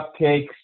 cupcakes